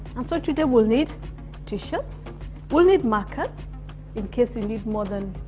and so today we'll need t-shirts, will need markers in case you need more than